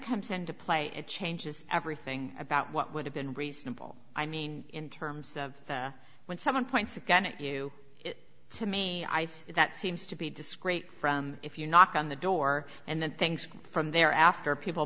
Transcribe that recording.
comes into play it changes everything about what would have been reasonable i mean in terms of when someone points a gun at you it to me i see that seems to be discrete from if you knock on the door and then things from there after people